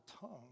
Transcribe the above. tongue